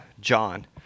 John